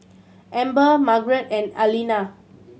Amber Margret and Alaina